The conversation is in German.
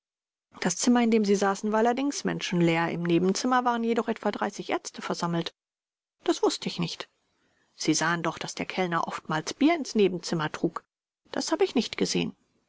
das zimmer in dem sie saßen war allerdings menschenleer im nebenzimmer waren jedoch etwa ärzte versammelt b das wußte ich nicht vors sie sahen doch daß der kellner oftmals bier ins nebenzimmer trug b das habe ich nicht gesehen